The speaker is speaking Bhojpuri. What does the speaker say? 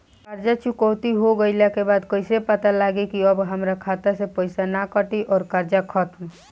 कर्जा चुकौती हो गइला के बाद कइसे पता लागी की अब हमरा खाता से पईसा ना कटी और कर्जा खत्म?